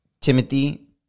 Timothy